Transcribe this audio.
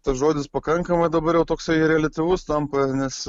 tas žodis pakankamai dabar jau toksai reliatyvus tampa nes